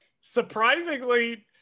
Surprisingly